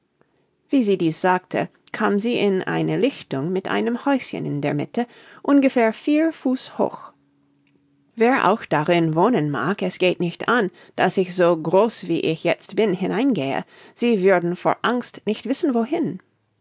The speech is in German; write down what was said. wie sie dies sagte kam sie in eine lichtung mit einem häuschen in der mitte ungefähr vier fuß hoch wer auch darin wohnen mag es geht nicht an daß ich so groß wie ich jetzt bin hineingehe sie würden vor angst nicht wissen wohin